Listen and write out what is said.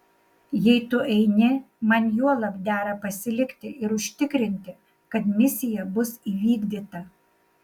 jei tu eini man juolab dera pasilikti ir užtikrinti kad misija bus įvykdyta